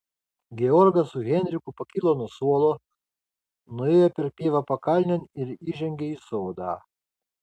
georgas su heinrichu pakilo nuo suolo nuėjo per pievą pakalnėn ir įžengė į sodą